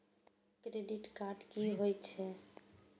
Credit card की होय छै?